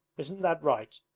isn't that right?